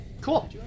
cool